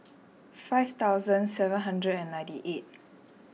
five thousand seven hundred and ninety eight